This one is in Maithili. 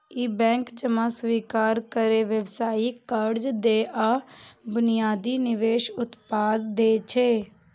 ई बैंक जमा स्वीकार करै, व्यावसायिक कर्ज दै आ बुनियादी निवेश उत्पाद दै छै